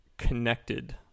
connected